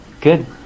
good